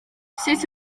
sut